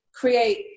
create